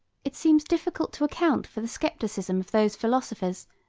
it seems difficult to account for the scepticism of those philosophers,